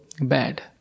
bad